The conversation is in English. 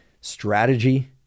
strategy